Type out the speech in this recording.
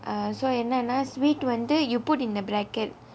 so என்ன நா:enna naa sweet வந்து:vanthu you put in the bracket